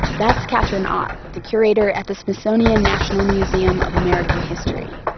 that's katherine ott, the curator at the smithsonian national museum of american history.